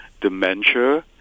dementia